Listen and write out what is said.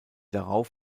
darauf